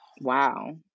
wow